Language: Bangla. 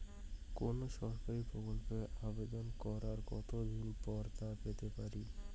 কোনো সরকারি প্রকল্পের আবেদন করার কত দিন পর তা পেতে পারি?